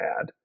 add